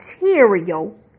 material